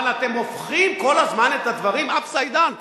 אבל אתם הופכים כל הזמן את הדברים upside down,